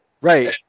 right